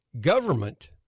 government